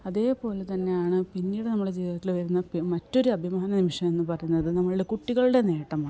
അതേ പോലെ തന്നെയാണ് പിന്നീട് നമ്മുടെ ജീവിതത്തിൽ വരുന്ന മറ്റൊരു അഭിമാന നിമിഷം എന്നു പറയുന്നത് നമ്മുടെ കുട്ടികളുടെ നേട്ടമാണ്